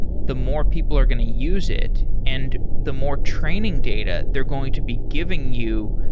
the more people are going to use it and the more training data they're going to be giving you.